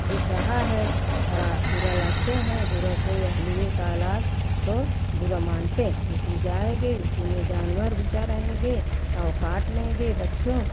दिख रहा है हरा बुरा लगते हैं बुरा से यह लिए तालाब को बुरा मानते हैं कि जाएगे उसी में जानवर घुसे रहेंगे और काट लेंगे बच्चों